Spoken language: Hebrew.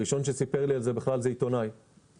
הראשון שסיפר על זה היה עיתונאי מגלובס.